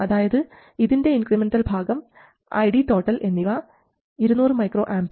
അതായത് ഇതിൻറെ ഇൻക്രിമെൻറൽ ഭാഗം ID എന്നിവ 200 µA 200 µS vi ആണ്